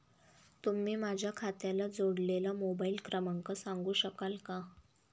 तुम्ही माझ्या खात्याला जोडलेला मोबाइल क्रमांक सांगू शकाल का?